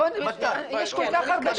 אנחנו נעביר.